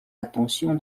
attention